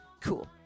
Cool